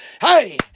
Hey